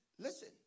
Listen